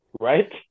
Right